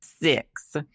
Six